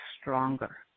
stronger